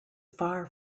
far